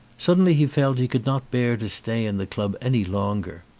suddenly he felt he could not bear to stay in the club any longer.